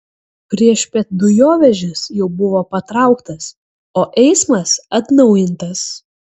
priešpiet dujovežis jau buvo patrauktas o eismas atnaujintas